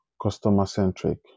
customer-centric